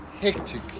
hectic